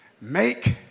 make